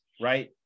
Right